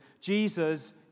Jesus